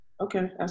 Okay